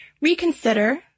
reconsider